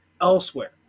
elsewhere